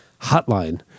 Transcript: hotline